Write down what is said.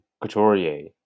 Couturier